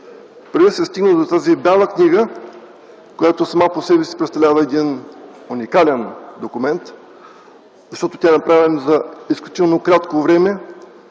Преди да се стигне до тази Бяла книга, която сама по себе си представлява един уникален документ, защото е направена за изключително кратко време